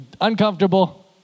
uncomfortable